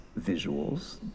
visuals